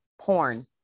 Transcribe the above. porn